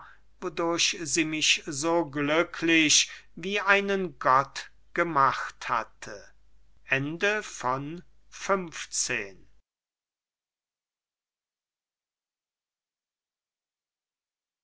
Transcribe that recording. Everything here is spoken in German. sie mich so glücklich wie einen gott gemacht hatte xvi